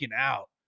out